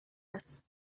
است